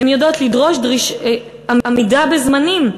הן יודעות לדרוש עמידה בזמנים,